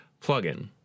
plugin